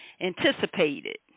anticipated